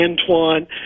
Antoine